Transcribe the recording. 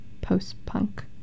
post-punk